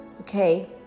okay